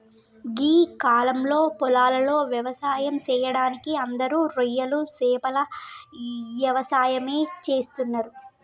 గీ కాలంలో పొలాలలో వ్యవసాయం సెయ్యడానికి అందరూ రొయ్యలు సేపల యవసాయమే చేస్తున్నరు